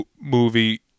movie